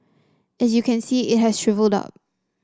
as you can see it has shrivelled up